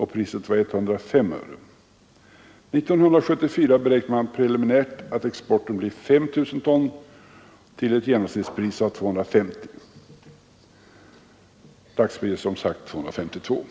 4 500 000 ton. Priset var 105 öre. År 1974 beräknar man preliminärt att exporten blir 5 miljoner ton till ett genomsnittspris av 250 öre. Dagspriset är som sagt 252 öre.